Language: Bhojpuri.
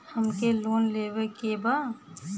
हमके लोन लेवे के बा?